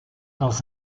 dans